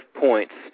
points